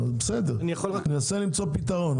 ננסה למצוא פתרון.